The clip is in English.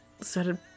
started